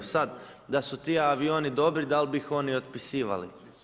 Sad da su ti avioni dobri dal bi ih oni otpisivali.